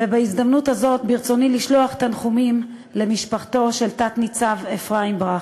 ובהזדמנות זאת ברצוני לשלוח תנחומים למשפחתו של תת-ניצב אפרים ברכה.